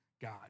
God